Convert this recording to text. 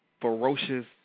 ferocious